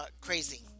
Crazy